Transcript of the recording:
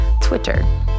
Twitter